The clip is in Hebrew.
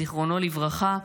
זיכרונו לברכה,